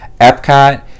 Epcot